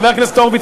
חבר הכנסת הורוביץ,